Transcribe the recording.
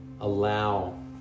allow